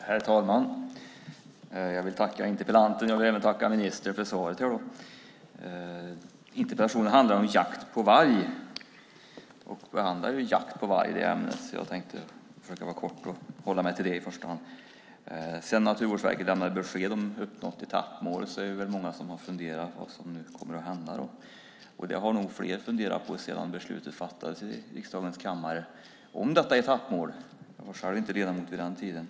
Herr talman! Jag vill tacka interpellanten, och jag vill även tacka ministern för svaret. Interpellationen handlar om jakt på varg, och jag tänkte i första hand uppehålla mig vid det ämnet. Sedan Naturvårdsverket lämnade besked om uppnått etappmål är det väl många som har funderat på vad som nu kommer att hända. Det har nog flera funderat på sedan beslutet om detta etappmål fattades i riksdagens kammare. Jag var själv inte ledamot vid den tiden.